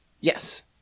Yes